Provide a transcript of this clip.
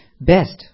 best